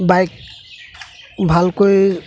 bike ভালকৈ